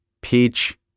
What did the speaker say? Peach